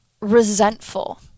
resentful